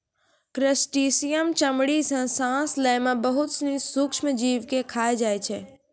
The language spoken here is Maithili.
क्रेस्टिसियन चमड़ी सें सांस लै में बहुत सिनी सूक्ष्म जीव के खाय जाय छै